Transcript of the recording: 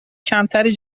کمتری